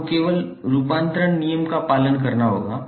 आपको केवल रूपांतरण नियम का पालन करना होगा